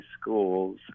schools